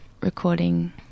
recording